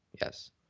Yes